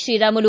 Sriramulu